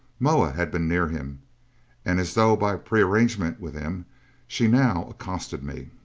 moa had been near him and as though by prearrangement with him she now accosted me.